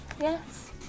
yes